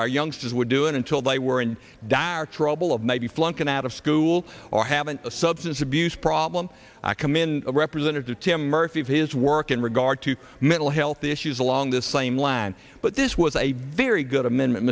our youngsters were doing until they were in dire trouble of maybe flunking out of school or haven't a substance abuse problem akam in a representative tim murphy of his work in regard to mental health issues along the same line but this was a very good amendment